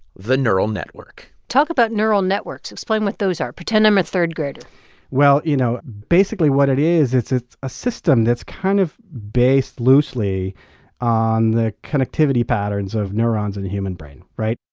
the neural network talk about neural networks. explain what those are. pretend i'm a third-grader well, you know, basically, what it is it's it's a system that's kind of based loosely on the connectivity patterns of neurons in the human brain, right?